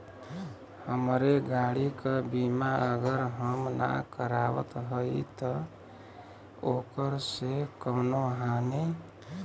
हमरे गाड़ी क बीमा अगर हम ना करावत हई त ओकर से कवनों हानि?